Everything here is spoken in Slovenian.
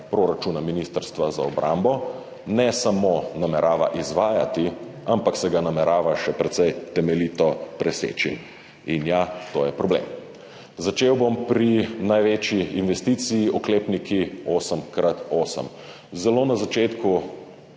proračuna Ministrstva za obrambo, ne samo namerava izvajati, ampak se ga namerava še precej temeljito preseči. In ja, to je problem. Začel bom pri največji investiciji, oklepniki 8x8. Zelo na začetku